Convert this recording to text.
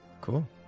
Cool